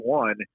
one